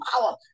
power